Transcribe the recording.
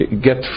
get